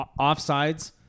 offsides